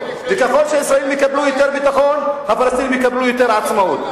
וככל שהישראלים יקבלו יותר ביטחון הפלסטינים יקבלו יותר עצמאות.